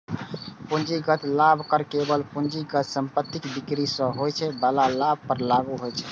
पूंजीगत लाभ कर केवल पूंजीगत संपत्तिक बिक्री सं होइ बला लाभ पर लागू होइ छै